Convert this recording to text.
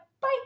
bye